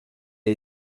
ait